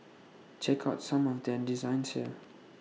check out some of their designs here